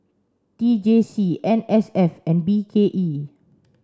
T J C N S F and B K E